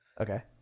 Okay